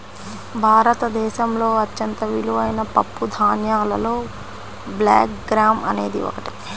భారతదేశంలో అత్యంత విలువైన పప్పుధాన్యాలలో బ్లాక్ గ్రామ్ అనేది ఒకటి